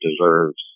deserves